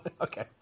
Okay